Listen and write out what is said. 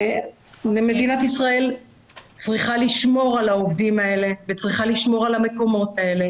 מדינת ישראל צריכה לשמור על העובדים האלה וצריכה לשמור על המקומות האלה,